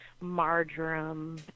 marjoram